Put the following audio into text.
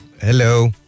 Hello